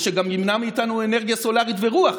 ושגם ימנע מאיתנו אנרגיה סולרית ואנרגיית רוח,